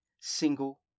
single